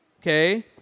okay